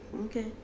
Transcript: okay